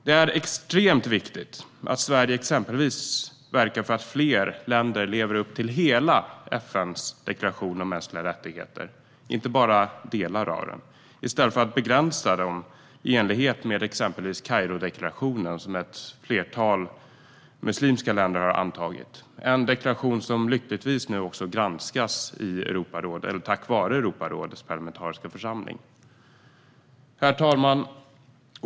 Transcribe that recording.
Det är extremt viktigt att Sverige exempelvis verkar för att fler länder lever upp till hela FN:s deklaration om mänskliga rättigheter i stället för att begränsa dem i enlighet med exempelvis Kairodeklarationen, som ett flertal muslimska länder har antagit. Det är en deklaration som nu lyckligtvis granskas tack vare Europarådets parlamentariska församling. Herr talman!